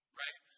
right